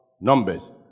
numbers